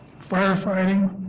firefighting